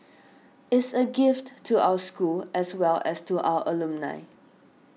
is a gift to our school as well as to our alumni